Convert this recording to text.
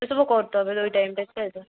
ওইসবও করতে হবে ওই টাইমটাতে